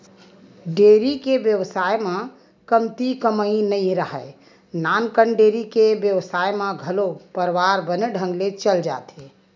dairy के बेवसाय म कमती कमई नइ राहय, नानकन डेयरी के बेवसाय म घलो परवार बने ढंग ले चल जाथे